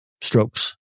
strokes